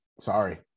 sorry